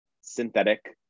synthetic